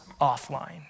offline